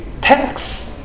Tax